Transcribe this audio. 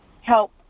help